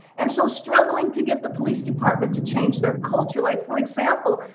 and so struggling to get the police department to change their culture like, for example,